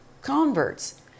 converts